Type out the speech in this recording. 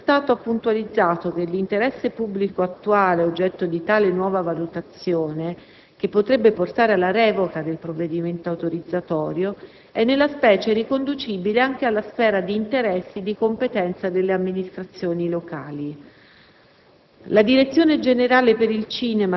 Tuttavia, l'Avvocatura generale dello Stato ha puntualizzato che l'interesse pubblico attuale oggetto di tale nuova valutazione - che potrebbe portare alla revoca del provvedimento autorizzatorio - è, nella specie, riconducibile anche alla sfera di interessi di competenza delle amministrazioni locali.